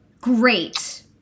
Great